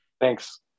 Thanks